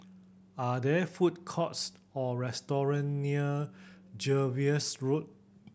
are there food courts or restaurant near Jervois Road